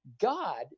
God